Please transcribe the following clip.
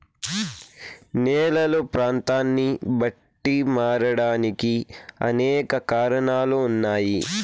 నేలలు ప్రాంతాన్ని బట్టి మారడానికి అనేక కారణాలు ఉన్నాయి